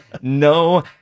No